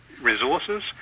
resources